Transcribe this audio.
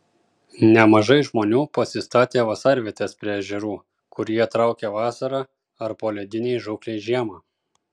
nemažai žmonių pasistatė vasarvietes prie ežerų kur jie traukia vasarą ar poledinei žūklei žiemą